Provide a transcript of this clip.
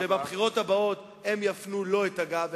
שבבחירות הבאות הם יפנו לו את הגב,